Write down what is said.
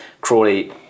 Crawley